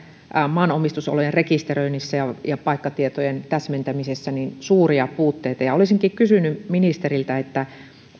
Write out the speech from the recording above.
maanomistusolojen rekisteröinnissä ja ja paikkatietojen täsmentämisessä suuria puutteita olisinkin kysynyt ministeriltä